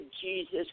Jesus